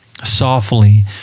softly